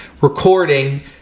recording